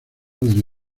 del